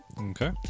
Okay